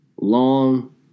long